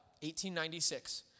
1896